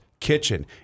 Kitchen